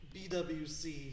BWC